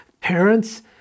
parents